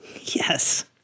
Yes